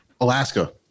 alaska